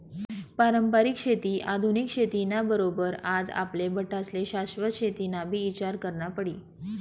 पारंपरिक शेती आधुनिक शेती ना बरोबर आज आपले बठ्ठास्ले शाश्वत शेतीनाबी ईचार करना पडी